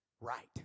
right